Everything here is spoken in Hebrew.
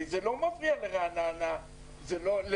זה לא מפריע לרעננה לבנייה.